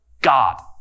God